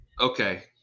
okay